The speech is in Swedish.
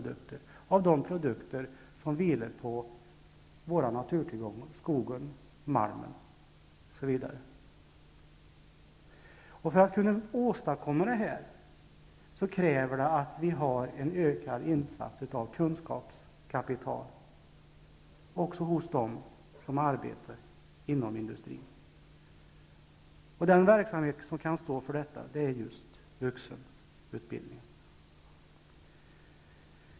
Det gäller då produkter från våra naturtillgångar som skog och malm, osv. För att kunna åstadkomma det krävs en ökad insats av kunskapskapital, även hos dem som arbetar inom industrin. Den verksamhet som kan stå för detta är just vuxenutbildningen.